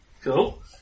Cool